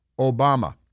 Obama